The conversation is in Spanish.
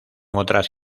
otras